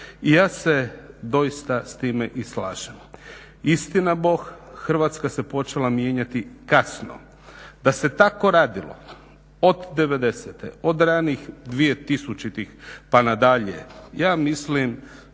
i ja se doista s time i slažem. Istina Bog, Hrvatska se počela mijenjati kasno, da se tako radilo od 90-e, od ranih 2000-ih pa na dalje, ja mislim